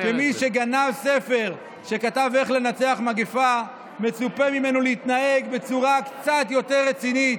כמי שגנב ספר איך לנצח מגפה מצופה ממנו להתנהג בצורה קצת יותר רצינית.